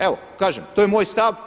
Evo kažem to je moj stav.